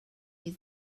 use